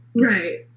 Right